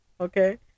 okay